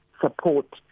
support